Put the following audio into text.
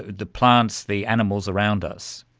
the plants, the animals around us?